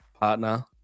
partner